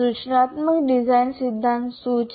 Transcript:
સૂચનાત્મક ડિઝાઇન સિદ્ધાંત શું છે